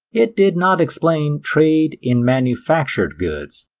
it did not explain trade in manufactured goods.